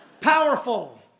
powerful